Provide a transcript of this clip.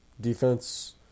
Defense